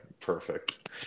perfect